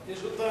יש אותנו.